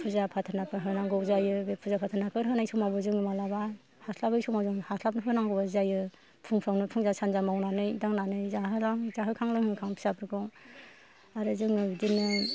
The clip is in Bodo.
फुजा फाथलफोर होनांगौ जायो बे फुजा फाथलाफोर होनाय समावबो जों मालाबा हास्लाबै समाव जों हास्लाब होनांगौ जायो फुंफ्रावनो फुंजा सानजा मावनानै दांनानै जाहोखां लोंहोखां फिसाफोरखौ आरो जोंहा बिदिनो